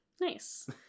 nice